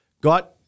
got